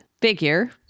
figure